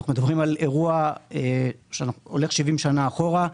אנחנו מדברים על אירוע שהולך 70 שנה אחורה,